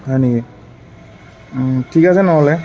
হয় নেকি ঠিক আছে নহ'লে